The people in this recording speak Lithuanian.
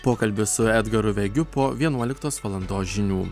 pokalbis su edgaru vegiu po vienuoliktos valandos žinių